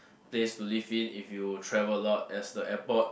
place to live in if you travel a lot as the airport